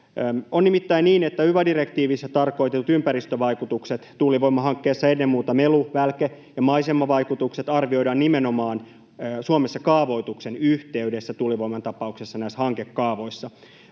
On nimittäin niin, että yva-direktiivissä tarkoitetut ympäristövaikutukset — tuulivoimahankkeissa ennen muuta melu-, välke- ja maisemavaikutukset — arvioidaan Suomessa nimenomaan kaavoituksen yhteydessä, tuulivoiman tapauksessa näissä hankekaavoissa.